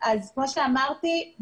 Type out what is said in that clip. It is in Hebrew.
כמו שאמרתי,